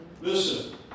Listen